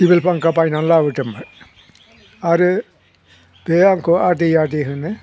table फांखा बायनानै लाबोदोंमोन आरो बे आंखौ आदै आदै होनो